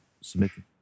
submitting